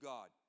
God